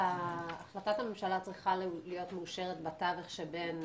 החלטת הממשלה צריכה להיות מאושרת בתווך שבין